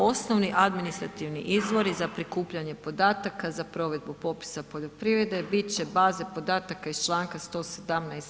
Osnovni administrativni izvori za prikupljanje podataka za provedbu popisa poljoprivrede bit će baze podataka iz čl. 117.